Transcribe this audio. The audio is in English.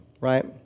right